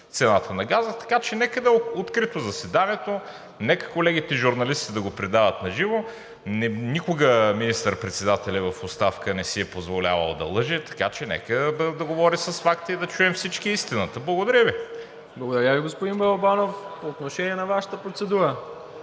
цената на газа, така че нека да е открито заседанието, нека колегите журналисти да го предават на живо. Никога министър-председателят в оставка не си е позволявал да лъже, така че нека да говори с факти и да чуем всички истината. Благодаря Ви. ПРЕДСЕДАТЕЛ МИРОСЛАВ ИВАНОВ: Благодаря Ви, господин Балабанов. По отношение на Вашата процедура.